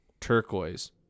turquoise